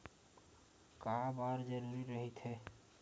का बार जरूरी रहि थे?